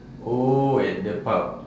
oh at the pub